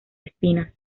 espinas